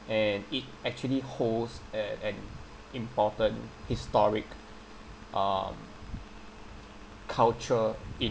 and it actually holds err an important historic um culture